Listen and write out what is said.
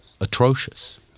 atrocious